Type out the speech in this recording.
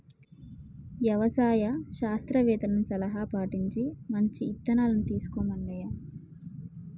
యవసాయ శాస్త్రవేత్తల సలహా పటించి మంచి ఇత్తనాలను తీసుకో మల్లయ్య